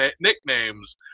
nicknames